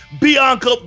Bianca